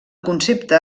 concepte